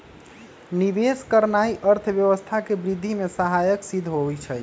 निवेश करनाइ अर्थव्यवस्था के वृद्धि में सहायक सिद्ध होइ छइ